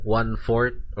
one-fourth